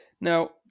Now